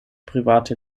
private